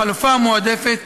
החלופה המועדפת,